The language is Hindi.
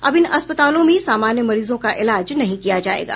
अब इन अस्पतालों में समान्य मरीजों का इलाज नहीं किया जायेगा